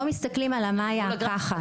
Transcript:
לא מסתכלים על ה"מאיה" ככה.